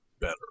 better